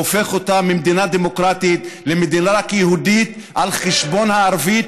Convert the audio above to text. הופך אותה ממדינה דמוקרטית למדינה רק יהודית על חשבון הערבית,